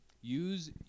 Use